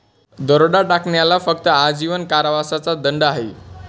दरोडा टाकण्याला फक्त आजीवन कारावासाचा दंड आहे